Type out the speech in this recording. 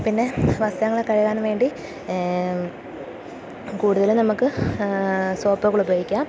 പിന്നെ വസ്ത്രങ്ങള് കഴുകാൻ വേണ്ടി കൂടുതലും നമുക്ക് സോപ്പുകൾ ഉപയോഗിക്കാം